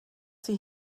sie